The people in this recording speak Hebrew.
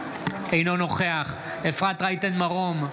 אינו נוכח אפרת רייטן מרום,